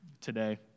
today